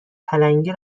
پلنگی